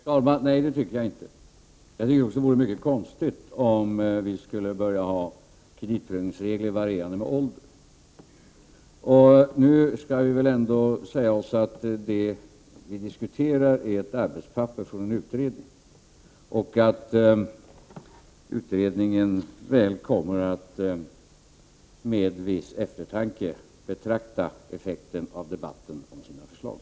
Herr talman! Nej, det tycker jag inte. Jag tycker nämligen också att det skulle vara mycket konstigt, om vi införde kreditprövningsregler som varierade alltefter åldern. Det måste sägas här att det som vi nu diskuterar är ett arbetspapper från en utredning. Utredningen kommer säkert att med viss 29 eftertanke betrakta effekten av debatten om sina förslag.